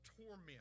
torment